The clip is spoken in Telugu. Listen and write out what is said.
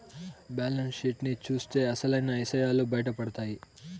బ్యాలెన్స్ షీట్ ని చూత్తే అసలైన ఇసయాలు బయటపడతాయి